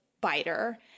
biter